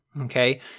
okay